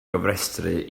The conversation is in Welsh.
gofrestru